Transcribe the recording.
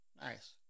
Nice